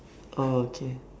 oh okay